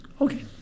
Okay